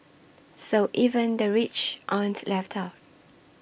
so even the rich aren't left out